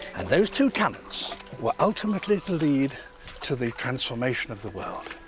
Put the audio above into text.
those two talents were ultimately to lead to the transformation of the world.